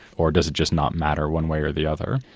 or does it just not matter one way or the other?